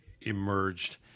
emerged